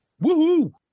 Woo-hoo